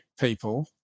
people